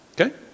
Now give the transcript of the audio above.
Okay